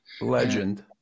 Legend